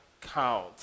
Count